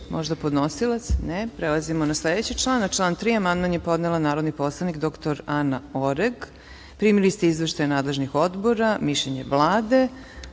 reč? Možda podnosilac? (Ne.)Prelazimo na sledeći član. Na član 3. amandman je podnela narodni poslanik dr Anna Oreg. Primili ste izveštaje nadležnih odbora i mišljenje Vlade. Da